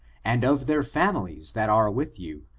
and of their families, that are with you,